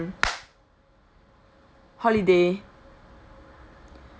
holiday